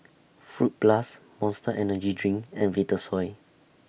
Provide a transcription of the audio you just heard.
Fruit Plus Monster Energy Drink and Vitasoy